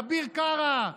אביר קארה,